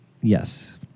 Yes